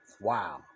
Wow